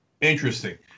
Interesting